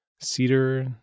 cedar